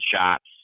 shots